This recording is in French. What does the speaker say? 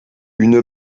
une